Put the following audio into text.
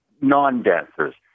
non-dancers